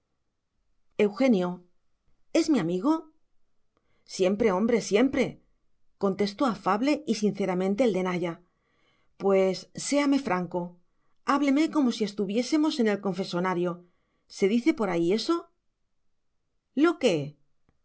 eugenio es mi amigo siempre hombre siempre contestó afable y sinceramente el de naya pues séame franco hábleme como si estuviésemos en el confesonario se dice por ahí eso lo qué